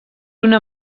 una